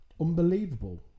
unbelievable